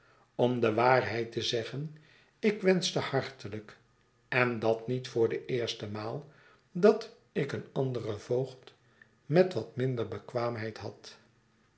om de waarheid te zeggen ik wensche hartelijk en dat niet voor de eerste maal dat ik een anderen voogd met wat minder bekwaamheid had